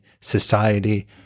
society